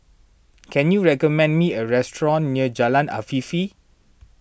can you recommend me a restaurant near Jalan Afifi